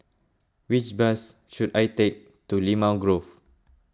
which bus should I take to Limau Grove